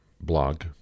blog